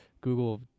google